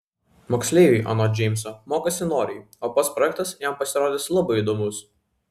moksleiviai anot džeimso mokosi noriai o pats projektas jam pasirodęs labai įdomus